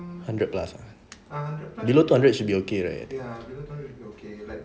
hundred plus ah below two hundred should be okay right